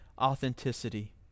authenticity